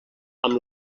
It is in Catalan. amb